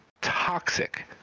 toxic